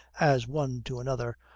as one to another,